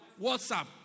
WhatsApp